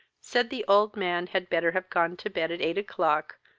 said the old man had better have gone to bed at eight o'clock,